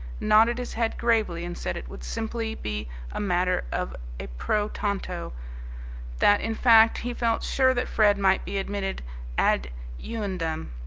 nodded his head gravely and said it would simply be a matter of a pro tanto that, in fact, he felt sure that fred might be admitted ad eundem.